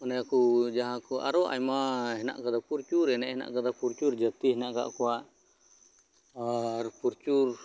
ᱚᱱᱮ ᱡᱟᱦᱟᱸ ᱠᱚ ᱟᱨᱚ ᱟᱭᱢᱟ ᱦᱮᱱᱟᱜ ᱠᱟᱫᱟ ᱯᱨᱚᱪᱩᱨ ᱮᱱᱮᱡ ᱦᱮᱱᱟᱜ ᱠᱟᱫᱟ ᱯᱨᱚᱪᱩᱨ ᱡᱟᱛᱤ ᱦᱮᱱᱟᱜ ᱠᱟᱜ ᱠᱚᱣᱟ ᱟᱨ ᱯᱨᱚᱪᱩᱨ